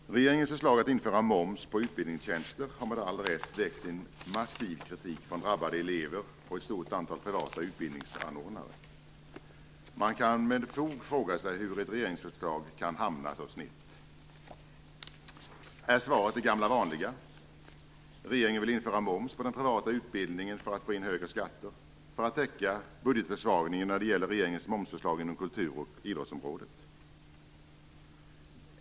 Fru talman! Regeringens förslag att införa moms på utbildningstjänster har med all rätt väckt en massiv kritik från drabbade elever och ett stort antal privata utbildningsanordnare. Man kan med fog fråga sig hur ett regeringsförslag kan hamna så snett. Är svaret det gamla vanliga? Regeringen vill införa moms på den privata utbildningen för att få in högre skatter för att täcka budgetförsvagningen när det gäller regeringens momsförslag inom kultur och idrottsområdet.